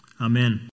amen